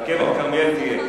רכבת כרמיאל תהיה.